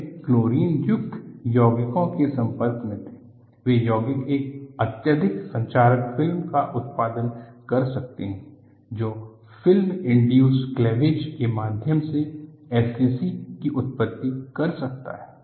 वे क्लोरीन युक्त यौगिकों के संपर्क में थे ये यौगिक एक अत्यधिक संक्षारक फिल्म का उत्पादन कर सकते हैं जो फिल्म इंडयूस्ड़ क्लैवेज के माध्यम से SCC की उत्पति कर सकता है